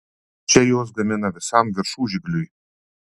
čia juos gamina visam viršužigliui